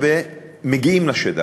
נפגשים ומגיעים לשטח.